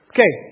Okay